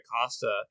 Acosta